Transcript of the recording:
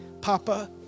papa